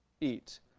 eat